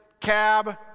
cab